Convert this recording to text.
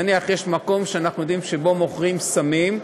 נניח יש מקום שאנחנו יודעים שמוכרים בו סמים,